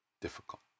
difficult